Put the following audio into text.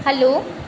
hello